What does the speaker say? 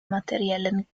materiellen